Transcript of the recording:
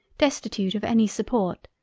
destitute of any support,